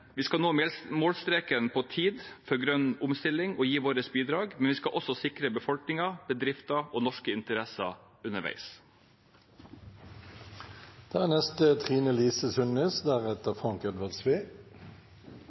vi skal nå målstreken for grønn omstilling på tid og gi vårt bidrag, men vi skal også sikre befolkningen, bedrifter og norske interesser